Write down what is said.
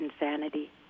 insanity